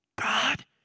God